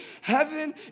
Heaven